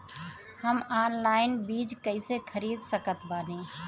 हम ऑनलाइन बीज कइसे खरीद सकत बानी?